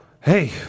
Hey